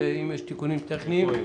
ואם יש תיקונים טכניים?